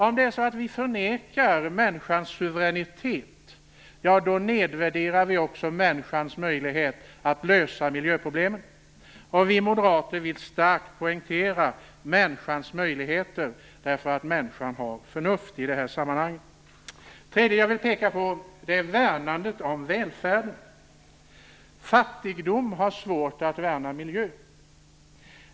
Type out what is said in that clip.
Om vi förnekar människans suveränitet nedvärderar vi också människans möjlighet att lösa miljöproblemen. Vi moderater vill starkt poängtera människans möjligheter i det här sammanhanget eftersom människan har förnuft. Jag vill också peka på värnandet av välfärden. Fattigdom har svårt att värna miljön.